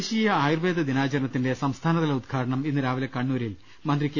ദേശീയ ആയുർവ്വേദ ദിനാചരണത്തിന്റെ സംസ്ഥാനതല ഉദ്ഘാടനം ഇന്ന് രാവിലെ കണ്ണൂരിൽ മന്ത്രി കെ